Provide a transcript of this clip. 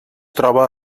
troba